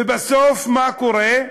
ובסוף מה קורה?